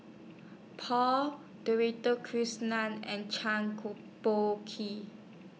Paul Krishnan and